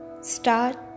start